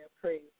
Praise